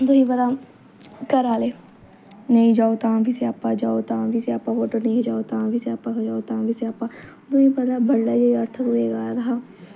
तुसें पता घर आह्ले नेईं जाओ तां बी स्यापा जाओ तां बी स्यापा फोटो नेईं खचाओ तां बी स्यापा खचाओ तां बी स्यापा तुसेंगी पता ऐ बडलै अर्थकवैक आए दा हा